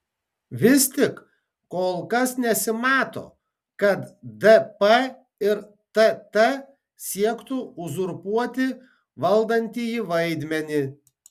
vis tik kol kas nesimato kad dp ir tt siektų uzurpuoti valdantįjį vaidmenį